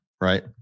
Right